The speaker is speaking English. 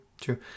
true